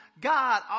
God